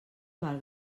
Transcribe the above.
val